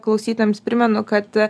klausytojams primenu kad